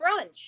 brunch